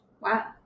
Wow